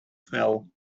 fell